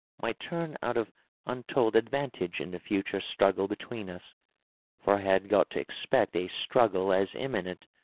might turn out of untold ad vantage in the future struggle between us for i had got to expect a struggle as imminent,